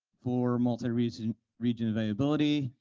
four multi region region availability.